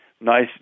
nice